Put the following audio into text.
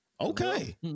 okay